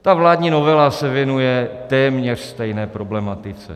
Ta vládní novela se věnuje téměř stejné problematice.